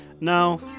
no